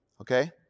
okay